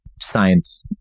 science